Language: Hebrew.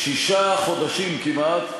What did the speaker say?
שישה חודשים כמעט,